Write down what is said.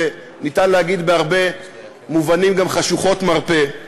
וניתן להגיד בהרבה מובנים גם חשוכות מרפא,